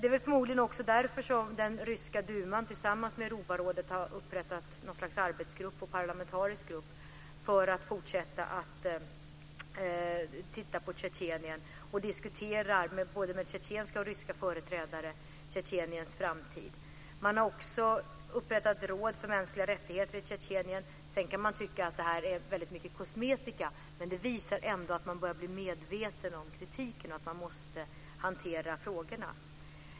Det är förmodligen också därför den ryska duman tillsammans med Europarådet har upprättat något slags parlamentarisk arbetsgrupp för att fortsätta att bevaka Tjetjenien och både med tjetjenska och ryska företrädare diskutera Tjetjeniens framtid. Man har också upprättat råd för mänskliga rättigheter i Tjetjenien. Vi kan tycka att detta är väldigt mycket kosmetika, men det visar ändå att man börjar bli medveten om kritiken och att man måste hantera frågorna.